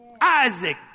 Isaac